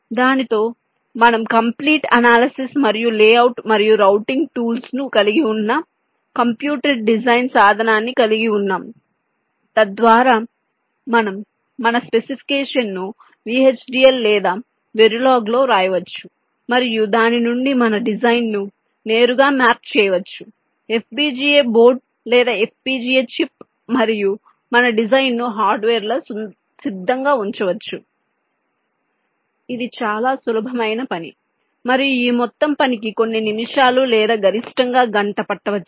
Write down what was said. దానితో మనం complete analysis మరియు లేఅవుట్ మరియు రౌటింగ్ టూల్స్ ను కలిగి ఉన్న కంప్యూటెడ్ డిజైన్ సాధనాన్ని కలిగి ఉన్నాం తద్వారా మనం మన స్పెసిఫికేషన్ను VHDL లేదా వెరిలోగ్లో వ్రాయవచ్చు మరియు దాని నుండి మన డిజైన్ను నేరుగా మ్యాప్ చేయవచ్చు FPGA బోర్డు లేదా FPGA చిప్ మరియు మన డిజైన్ను హార్డ్వేర్లో సిద్ధంగా ఉంచవచ్చు ఇది చాలా సులభమైన పని మరియు ఈ మొత్తం పనికి కొన్ని నిమిషాలు లేదా గరిష్టంగా గంట పట్టవచ్చు